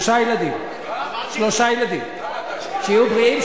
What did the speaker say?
ילדים, שיהיו בריאים.